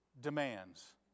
demands